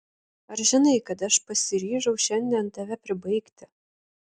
ar žinai kad aš pasiryžau šiandien tave pribaigti